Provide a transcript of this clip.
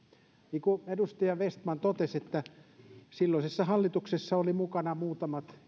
niin kuin edustaja vestman totesi silloisessa hallituksessa olivat mukana muutamat